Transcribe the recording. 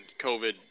COVID